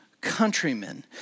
countrymen